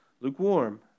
lukewarm